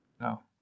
No